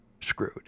screwed